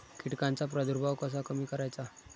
कीटकांचा प्रादुर्भाव कसा कमी करायचा?